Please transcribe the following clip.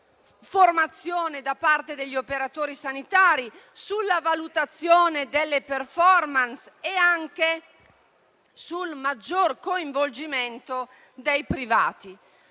formazione da parte degli operatori sanitari, sulla valutazione delle *performance* e anche sul maggior coinvolgimento dei privati.